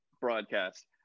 broadcast